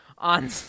On